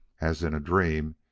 as in a dream,